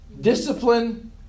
discipline